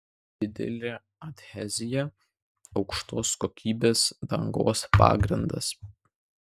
didelė adhezija aukštos kokybės dangos pagrindas